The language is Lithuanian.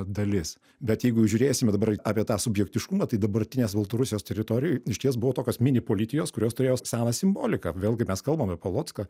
dalis bet jeigu žiūrėsime dabar apie tą subjektiškumą tai dabartinės baltarusijos teritorijoj išties buvo tokios mini politijos kurios turėjo seną simboliką vėlgi mes kalbam apie polocką